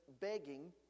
begging